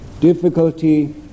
difficulty